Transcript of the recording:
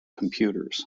computers